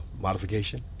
modification